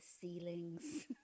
ceilings